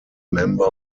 member